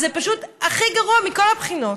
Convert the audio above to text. אז זה פשוט הכי גרוע מכל הבחינות.